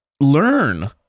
Learn